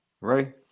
Right